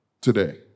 today